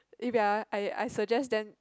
eh wait ah I I suggest then